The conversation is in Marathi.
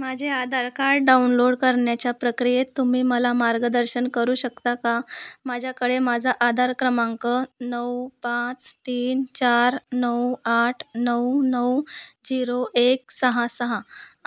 माझे आधार कार्ड डाउनलोड करण्याच्या प्रक्रियेत तुम्ही मला मार्गदर्शन करू शकता का माझ्याकडे माझा आधार क्रमांक नऊ पाच तीन चार नऊ आठ नऊ नऊ झिरो एक सहा सहा